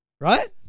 right